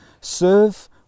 serve